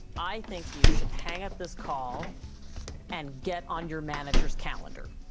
i think you should hang up this call and get on your manager's calendar,